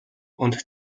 und